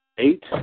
Eight